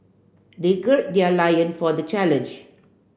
they gird their loin for the challenge